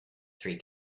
three